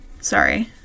sorry